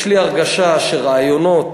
יש לי הרגשה שרעיונות